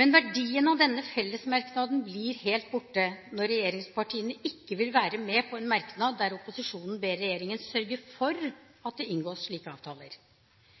Men verdien av denne fellesmerknaden blir helt borte når regjeringspartiene ikke vil være med på en merknad der opposisjonen ber regjeringen sørge for